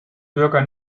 bürger